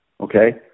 okay